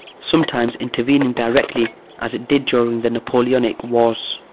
sometimes intervening directly as it did during the napoleonic wars.